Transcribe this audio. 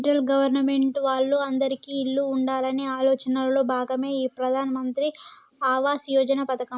central government వాళ్ళు అందిరికీ ఇల్లు ఉండాలనే ఆలోచనలో భాగమే ఈ ప్రధాన్ మంత్రి ఆవాస్ యోజన పథకం